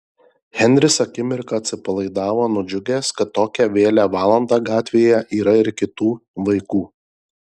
henris akimirką atsipalaidavo nudžiugęs kad tokią vėlią valandą gatvėje yra ir kitų vaikų